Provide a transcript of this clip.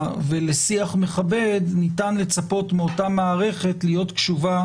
ולשיח מכבד ניתן לצפות מאותה מערכת להיות קשובה